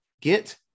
get